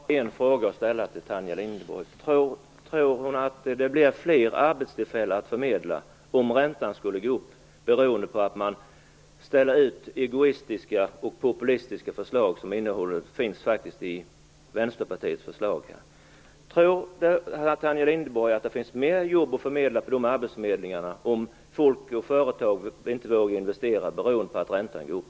Fru talman! Jag har bara en fråga att ställa till Tanja Linderborg: Tror Tanja Linderborg att det blir fler arbetstillfällen att förmedla om räntan skulle gå upp beroende på att man ställer ut egoistiska och populistiska löften, som Vänsterpartiets förslag innehåller? Tror hon att det kommer att finnas fler jobb att förmedla på de arbetsförmedlingarna om folk och företag inte vågar investera beroende på att räntan går upp?